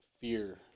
fear